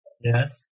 Yes